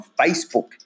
Facebook